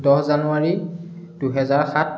দহ জানুৱাৰী দুহেজাৰ সাত